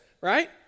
right